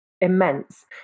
immense